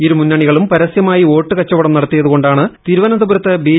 ഇരുമുന്നണികളും പരസ്യമായി വോട്ട് കച്ചവടം നടത്തിയതു കൊണ്ടാണ് തിരുവനന്തപുരത്ത് ബി